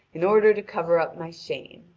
in order to cover up my shame.